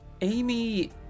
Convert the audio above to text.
Amy